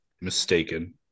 mistaken